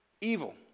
Evil